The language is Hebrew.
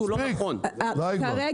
זה לא נכון להגיד נתון שהוא לא נכון.